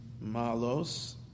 Malos